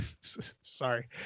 sorry